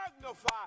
magnify